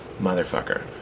motherfucker